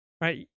right